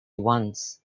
once